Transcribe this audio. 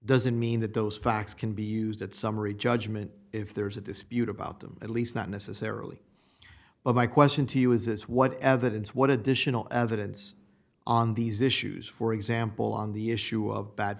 doesn't mean that those facts can be used that summary judgment if there's a dispute about them at least not necessarily but my question to you is this what evidence what additional evidence on these issues for example on the issue of bad